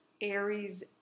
Aries